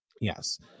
Yes